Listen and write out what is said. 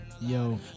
Yo